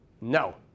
No